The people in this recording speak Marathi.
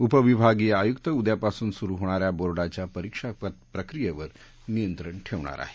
उपविभागीय आयुक्त उद्यापासून सुरू होणाऱ्या बोर्डाच्या परिक्षा प्रक्रियेवर नियंत्रण ठेवणार आहेत